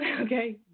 Okay